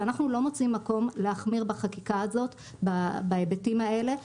ואנחנו לא מוצאים מקום להחמיר בחקיקה הזאת בהיבטים האלה.